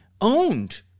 owned